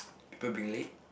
people being late